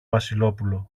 βασιλόπουλο